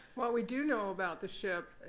well, we do know about the ship